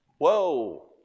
Whoa